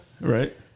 Right